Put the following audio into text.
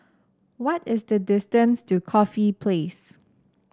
what is the distance to Corfe Place